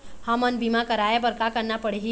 हमन बीमा कराये बर का करना पड़ही?